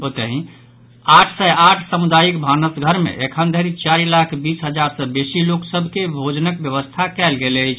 ओतहि आठ सय आठ सामुदायिक भानस घर मे एखनधरि चारि लाख बीस हजार सॅ बेसी लोक सभ के भोजनक व्यवस्था कयल गेल अछि